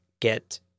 get